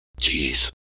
jeez